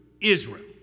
Israel